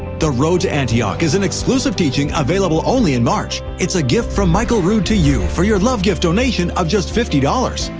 the road to antioch is an exclusive teaching available only in march. it's a gift from michael rood to you for your love gift donation of just fifty dollars.